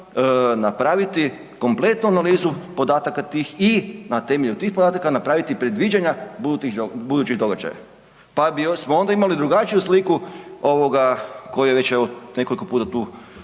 napraviti kompletnu analizu podataka tih i na temelju tih podataka napraviti predviđanja budućih događaja, pa bismo onda imali drugačiju sliku koji već evo nekoliko pute